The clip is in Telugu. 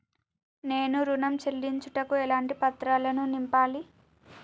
నేను ఋణం చెల్లించుటకు ఎలాంటి పత్రాలను నింపాలి?